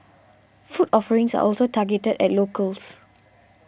food offerings are also targeted at locals